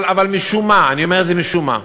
אבל משום מה, אני אומר את זה "משום מה",